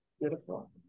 Beautiful